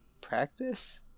practice